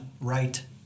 right